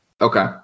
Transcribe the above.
Okay